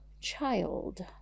child